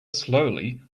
slowly